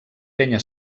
penya